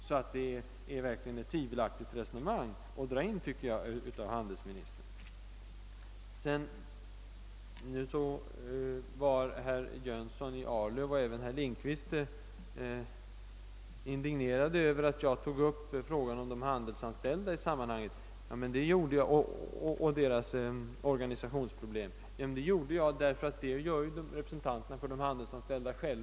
Det är alltså verkligen ett tvivelaktigt resonemang som handelsministern för. Både herr Jönsson i Arlöv och herr Lindkvist var indignerade över att jag tog upp frågan om de handelsanställdas organisationsproblem i sammanhanget. Det gjorde jag därför att deras egna representanter gör det.